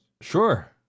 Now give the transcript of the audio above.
Sure